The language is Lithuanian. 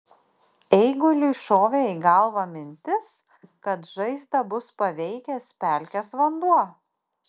eiguliui šovė į galvą mintis kad žaizdą bus paveikęs pelkės vanduo